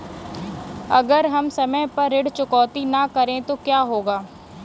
अगर हम समय पर ऋण चुकौती न करें तो क्या होगा?